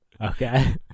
Okay